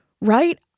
Right